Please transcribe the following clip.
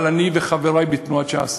אבל אני וחברי בתנועת ש"ס,